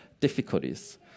difficulties